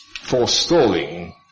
forestalling